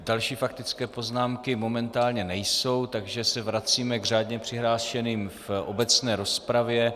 Další faktické poznámky momentálně nejsou, takže se vracíme k řádně přihlášeným v obecné rozpravě.